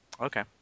Okay